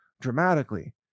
dramatically